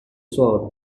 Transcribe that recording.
sword